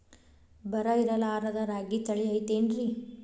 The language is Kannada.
ಬರ ಇರಲಾರದ್ ರಾಗಿ ತಳಿ ಐತೇನ್ರಿ?